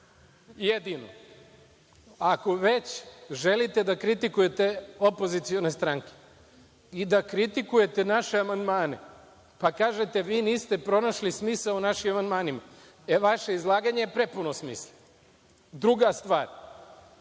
Jedino. Ako već želite da kritikujete opozicione stranke i da kritikujete naše amandmane, pa kažete vi niste pronašli smisao u našim amandmanima, e, vaše izlaganje je prepuno smisla. Druga stvar,